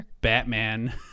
batman